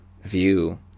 view